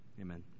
amen